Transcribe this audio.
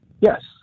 Yes